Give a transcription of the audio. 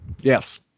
Yes